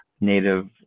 native